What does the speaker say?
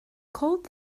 cold